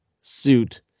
Suit